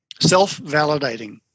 Self-validating